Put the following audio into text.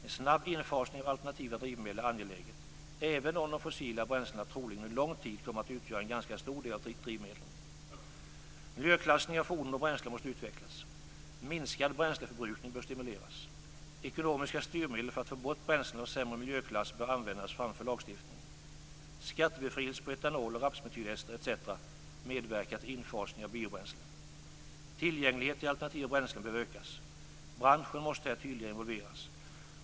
En snabb infasning av alternativa drivmedel är angelägen, även om de fossila bränslena troligen under lång tid kommer att utgöra en ganska stor del av drivmedlen. Miljöklassning av fordon och bränslen måste utvecklas. Minskad bränsleförbrukning bör stimuleras. Ekonomiska styrmedel för att få bort bränslen av sämre miljöklass bör användas framför lagstiftning. Skattebefrielse på etanol, rapsmetylester etc. medverkar till infasning av biobränsle. Tillgänglighet till alternativa bränslen behöver ökas. Branschen måste här tydligare involveras.